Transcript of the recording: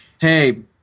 hey